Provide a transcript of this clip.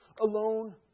alone